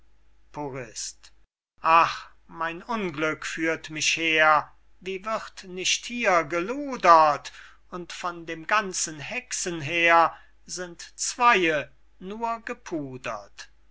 ach mein unglück führt mich her wie wird nicht hier geludert und von dem ganzen hexenheer sind zweye nur gepudert